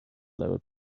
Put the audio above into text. lower